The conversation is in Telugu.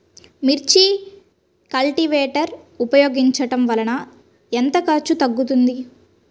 మిర్చి కల్టీవేటర్ ఉపయోగించటం వలన ఎంత ఖర్చు తగ్గుతుంది?